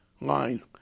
line